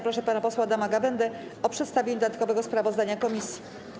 Proszę pana posła Adama Gawędę o przedstawienie dodatkowego sprawozdania komisji.